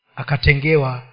akatengewa